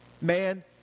man